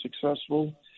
successful